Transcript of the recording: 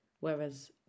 Whereas